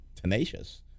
tenacious